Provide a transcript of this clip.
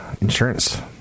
Insurance